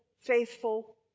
faithful